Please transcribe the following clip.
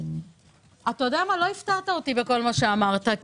לא הפתעת אותי בכל מה שאמרת.